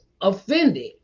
offended